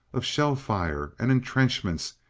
of shell fire, and entrenchments,